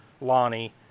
Lonnie